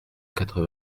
quatre